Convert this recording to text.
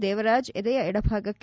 ದೇವರಾಜ್ ಎದೆಯ ಎಡಭಾಗಕ್ಕೆ